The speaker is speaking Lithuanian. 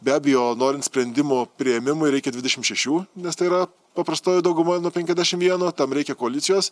be abejo norint sprendimo priėmimui reikia dvidešimt šešių nes tai yra paprastojoj daugumoj nuo penkiasdešim vieno tam reikia koalicijos